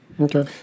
Okay